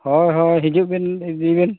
ᱦᱚᱭ ᱦᱚᱭ ᱦᱤᱡᱩᱜᱵᱤᱱ ᱤᱫᱤᱭᱵᱤᱱ